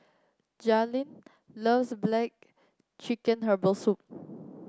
Jaylen loves black chicken Herbal Soup